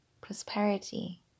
Prosperity